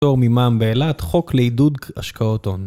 פטור ממע"מ באילת חוק לעידוד השקעות הון.